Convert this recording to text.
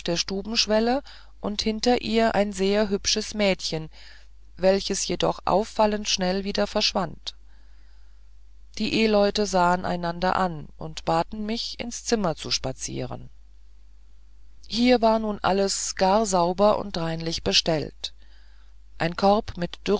der stubenschwelle und hinter ihr ein sehr hübsches mädchen welches jedoch auffallend schnell wieder verschwand die ehleute sahen einander an und baten mich ins zimmer zu spazieren hier war nun alles gar sauber und reinlich bestellt ein korb mit